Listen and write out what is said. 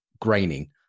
graining